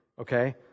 okay